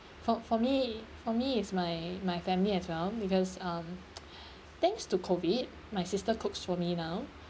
for for me for me is my my family as well because um thanks to COVID my sister cooks for me now